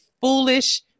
foolish